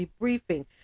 debriefing